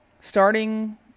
starting